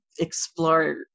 explore